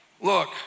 Look